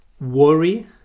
worry